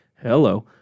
Hello